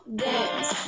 dance